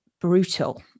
brutal